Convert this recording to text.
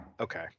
Okay